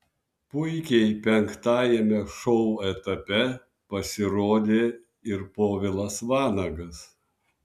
puikiai penktajame šou etape pasirodė ir povilas vanagas